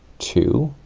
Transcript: two